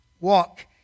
Walk